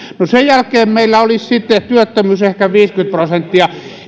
sen jälkeen meillä olisi sitten työttömyys ehkä viisikymmentä prosenttia